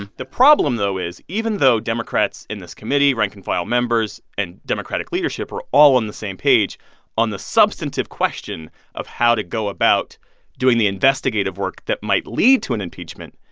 and the problem, though, is even though democrats in this committee, rank-and-file members and democratic leadership are all on the same page on the substantive question of how to go about doing the investigative work that might lead to an impeachment,